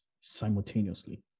simultaneously